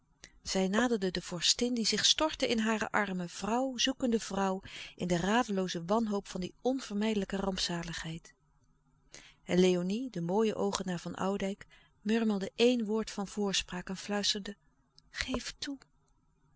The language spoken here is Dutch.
zij naderde de vorstin die zich stortte in hare armen vrouw zoekende vrouw in de radelooze wanhoop van die onvermijdelijke rampzaligheid en léonie de mooie oogen naar van oudijck murmelde éen woord van voorspraak en fluisterde geef toe